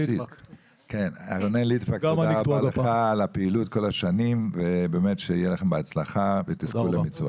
תודה רבה לך על הפעילות כל השנים ובאמת שיהיה לכם בהצלחה ותזכו למצוות.